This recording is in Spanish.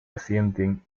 ascienden